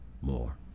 more